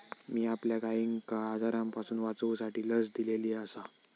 मी आपल्या गायिंका आजारांपासून वाचवूसाठी लस दिलेली आसा